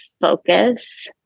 focus